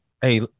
hey